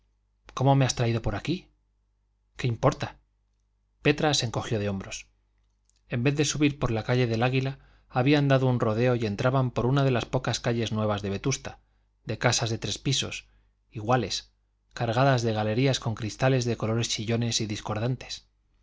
cómo me has traído por aquí qué importa petra se encogió de hombros en vez de subir por la calle del águila habían dado un rodeo y entraban por una de las pocas calles nuevas de vetusta de casas de tres pisos iguales cargadas de galerías con cristales de colores chillones y discordantes